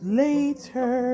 later